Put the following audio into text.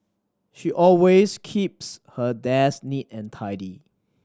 she always keeps her desk neat and tidy